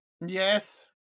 Yes